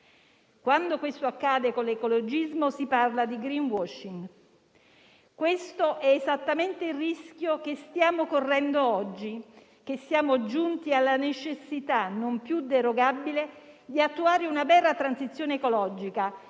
Quando questo accade con l'ecologismo, si parla di *greenwashing*. Questo è esattamente il rischio che stiamo correndo oggi, che siamo giunti alla necessità, non più derogabile, di attuare una vera transizione ecologica,